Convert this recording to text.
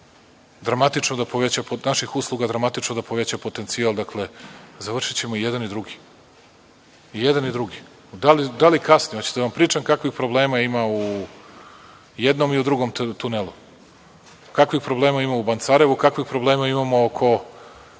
koji će pored naših usluga dramatično da poveća potencijal, dakle, završićemo i jedan i drugi. Da li kasni? Hoćete li da vam pričam kakvih problema ima i u jednom i u drugom tunelu, kakvih problema ima u Bancarevu, kakvih problema imamo oko